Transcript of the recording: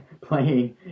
playing